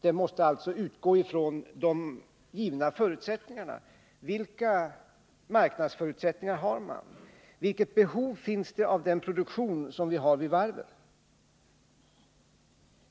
Vi måste alltså utgå från de givna förutsättningarna. Vilka marknadsförutsättningar har man? Vilket behov finns det av den produktion som vi har vid varven.